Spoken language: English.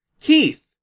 Keith